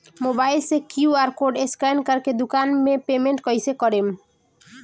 Mobile से QR code scan कर के दुकान मे पेमेंट कईसे करेम?